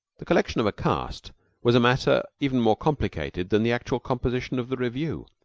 the collection of a cast was a matter even more complicated than the actual composition of the revue.